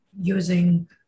using